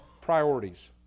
priorities